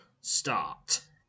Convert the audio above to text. Start